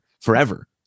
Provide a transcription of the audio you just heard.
forever